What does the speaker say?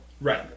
Right